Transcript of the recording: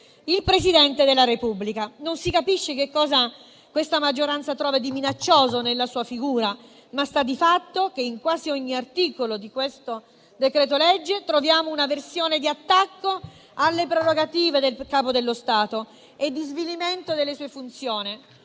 il Presidente della Repubblica. Non si capisce che cosa questa maggioranza trova di minaccioso nella sua figura, ma sta di fatto che in quasi ogni articolo di questo disegno di legge troviamo un attacco alle prerogative del Capo dello Stato e un tentativo di svilimento delle sue funzioni.